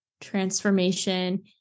transformation